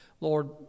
Lord